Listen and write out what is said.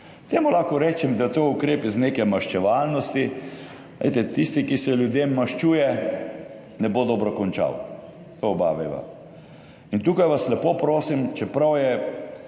temu. Lahko rečem, da je to ukrep iz neke maščevalnosti. Glejte, tisti, ki se ljudem maščuje ne bo dobro končal, to oba veva. In tukaj vas lepo prosim, čeprav je